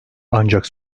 ancak